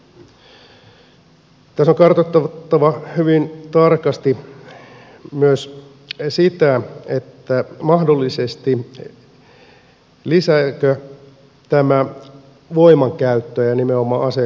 tässä on kartoitettava hyvin tarkasti myös sitä lisääkö tämä mahdollisesti voimankäyttöä ja nimenomaan aseellista voimankäyttöä